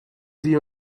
sie